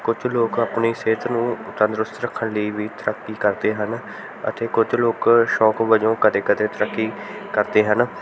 ਕੁਝ ਲੋਕ ਆਪਣੀ ਸਿਹਤ ਨੂੰ ਤੰਦਰੁਸਤ ਰੱਖਣ ਲਈ ਵੀ ਤੈਰਾਕੀ ਕਰਦੇ ਹਨ ਅਤੇ ਕੁਝ ਲੋਕ ਸ਼ੌਕ ਵਜੋਂ ਕਦੇ ਕਦੇ ਤੈਰਾਕੀ ਕਰਦੇ ਹਨ